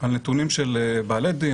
על נתונים של בעלי דין,